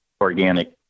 organic